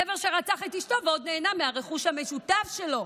גבר שרצח את אשתו ועוד נהנה מהרכוש המשותף שלו.